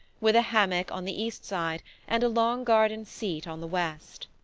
with a hammock on the east side and a long garden seat on the west.